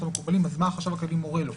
המקובלים ועל סמך מה שהחשב הכללי מורה לו.